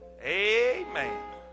amen